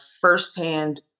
firsthand